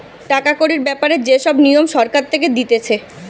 টাকা কড়ির ব্যাপারে যে সব নিয়ম সরকার থেকে দিতেছে